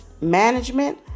Management